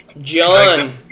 John